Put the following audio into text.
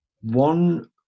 one